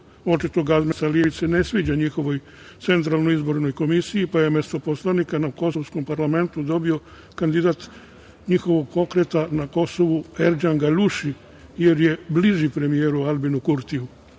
Očito Gazdmen Salijević se ne sviđa njihovoj centralnoj izbornoj komisiji, pa je umesto poslanika na kosovskom parlamentu dobio kandidat njihovog pokreta na Kosovu, Erdžan Galuši, jer je bliži premijeru Albinu Kurtiju. Da